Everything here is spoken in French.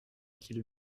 qu’il